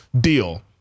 deal